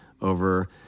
over